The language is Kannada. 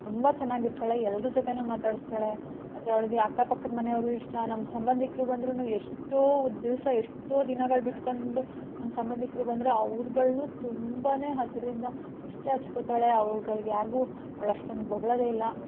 ತುಂಬ ಚೆನ್ನಾಗಿರ್ತಾಳೆ ಎಲ್ಲರ ಜೊತೆಯೂ ಮಾತಾಡಿಸ್ತಾಳೆ ಮತ್ತು ಅವ್ಳಿಗೆ ಅಕ್ಕಪಕ್ಕದ ಮನೆಯವರು ಇಷ್ಟ ನಮ್ಮ ಸಂಬಂಧಿಕರು ಬಂದ್ರೂ ಎಷ್ಟೋ ದಿವಸ ಎಷ್ಟೋ ದಿನಗಳು ಬಿಟ್ಕೊಂಡು ನಮ್ಮ ಸಂಬಂಧಿಕ್ರು ಬಂದರೆ ಅವ್ರುಗಳ್ನು ತುಂಬಾ ಹತ್ತಿರದಿಂದ ಅಷ್ಟೇ ಹಚ್ಕೊತಾಳೆ ಅವ್ರುಗಳಿಗೆ ಯಾರ್ಗು ಅವ್ಳಷ್ಟೊಂದು ಬೊಗ್ಳೋದೇ ಇಲ್ಲ